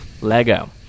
Lego